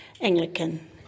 Anglican